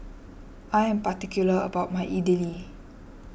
I am particular about my Idili